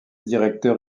directeur